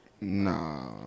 Nah